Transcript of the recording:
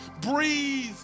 Breathe